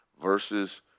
versus